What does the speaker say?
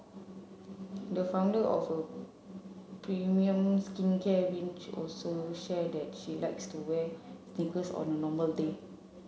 the founder of a premium skincare range also shared that she likes to wear sneakers on a normal day